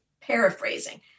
paraphrasing